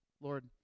Lord